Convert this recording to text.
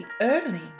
early